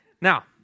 Now